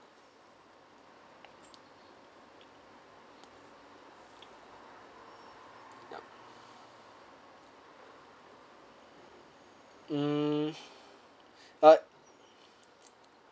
yup mm uh